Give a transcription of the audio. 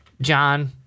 John